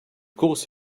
course